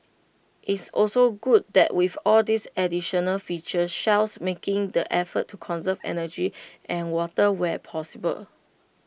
it's also good that with all these additional features Shell's making the effort to conserve energy and water where possible